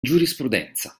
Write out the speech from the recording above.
giurisprudenza